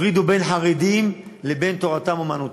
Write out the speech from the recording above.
ותפרידו בין חרדים לבין תורתם-אומנותם.